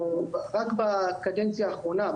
רק בקדנציה האחרונה,